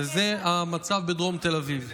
וזה המצב בדרום תל אביב.